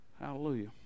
Hallelujah